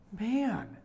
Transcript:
Man